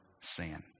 sin